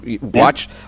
watch